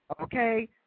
Okay